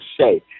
say